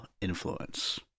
influence